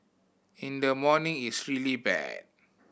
in the morning it's really bad